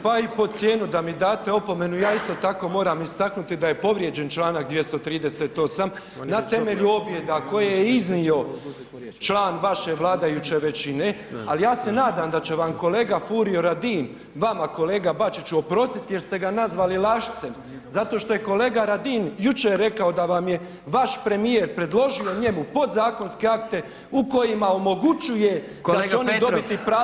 Pa i pod cijenu da mi date opomenu ja isto tako moram istaknuti da je povrijeđen čl. 238. na temelju objeda koje je iznio član vaše vladajuće većine, ali ja se nadam da će vam kolega Furio Radin vama kolega Bačiću oprostit jer ste ga nazvali lašcem zato što je kolega Radin jučer rekao da vam je vaš premijer predložio njemu podzakonske akte u kojima omogućuje da će oni dobiti … manjina.